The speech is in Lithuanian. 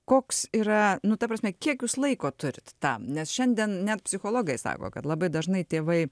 koks yra nu ta prasme kiek jūs laiko turit tam nes šiandien net psichologai sako kad labai dažnai tėvai